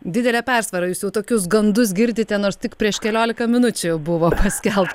didele persvara jūs jau tokius gandus girdite nors tik prieš keliolika minučių buvo paskelbt